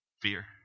fear